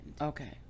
Okay